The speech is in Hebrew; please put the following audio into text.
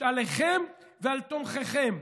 עליכם ועל תומכיכם.